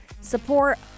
support